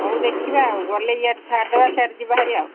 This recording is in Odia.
ହଉ ଦେଖିବା ଆଉ ଗଲେ ଇଆଡ଼େ ଛାଡ଼ିଦେବା ସିଆଡ଼େ ଯିବା ହାରି ଆଉ